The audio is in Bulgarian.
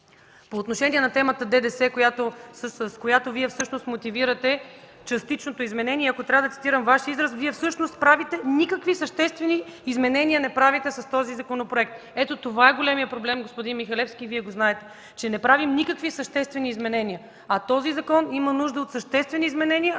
По отношение на темата ДДС, с която Вие всъщност мотивирате частичното изменение, ако трябва да цитирам Ваш израз – никакви съществени изменения не правите с този законопроект. Ето това е големият проблем, господин Михалевски, и Вие го знаете, че не правим никакви съществени изменения. А този закон има нужда от съществени изменения,